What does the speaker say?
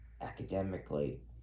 academically